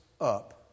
up